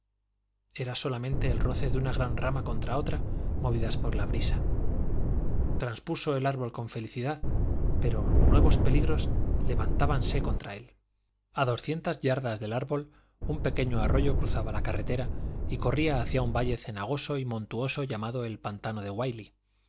era solamente el roce de una gran rama contra otra movidas por la brisa transpuso el árbol con felicidad pero nuevos peligros levantábanse contra él a doscientas yardas del árbol un pequeño arroyo cruzaba la carretera y corría hacia un valle cenagoso y montuoso llamado el pantano de wíley